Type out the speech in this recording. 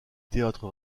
théâtre